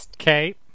Okay